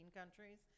countries